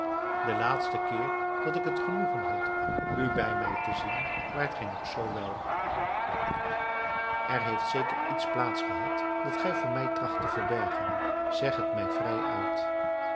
de laatste keer dat ik het genoegen had u bij mij te zien waart gij nog zoo wel er heeft zeker iets plaats gehad dat gij voor mij tracht te verbergen zeg het mij vrij uit